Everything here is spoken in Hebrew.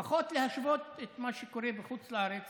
ולפחות להשוות את מה שקורה בחוץ לארץ